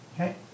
Okay